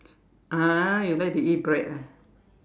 (uh huh) you like to eat bread ah